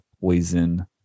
poison